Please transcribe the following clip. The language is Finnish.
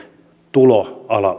tulo